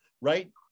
Right